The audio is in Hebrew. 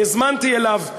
והזמנתי אליו,